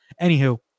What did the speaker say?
Anywho